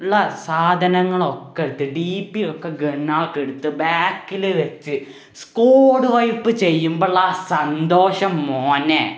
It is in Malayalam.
ള്ള സാധനങ്ങളൊക്കെയെടുത്ത് ഡി പി യൊക്കെ ഗണ്ണൊക്കെയെടുത്ത് ബാക്കിൽ വെച്ചു സ്കോഡ് വയ്പ്പ് ചെയ്യുമ്പോഴുള്ള സന്തോഷം മോനെ